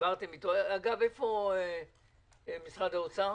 אגב, איפה נציג משרד האוצר?